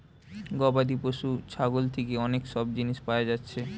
গবাদি পশু ছাগল থিকে অনেক সব জিনিস পায়া যাচ্ছে